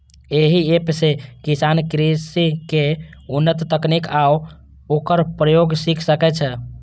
एहि एप सं किसान कृषिक उन्नत तकनीक आ ओकर प्रयोग सीख सकै छै